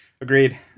agreed